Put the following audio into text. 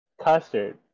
Custard